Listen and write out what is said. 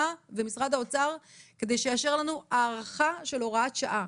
ומשרד האוצר כדי שיאשרו לנו הארכה של הוראת שעה.